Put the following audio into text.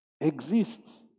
exists